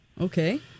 Okay